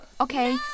Okay